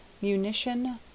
munition